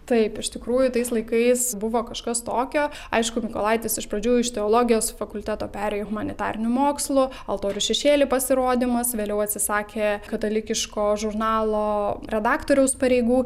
taip iš tikrųjų tais laikais buvo kažkas tokio aišku mykolaitis iš pradžių iš teologijos fakulteto perėjo humanitarinių mokslų altorių šešėly pasirodymas vėliau atsisakė katalikiško žurnalo redaktoriaus pareigų